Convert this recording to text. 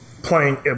Playing